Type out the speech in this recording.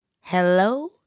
Hello